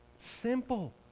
Simple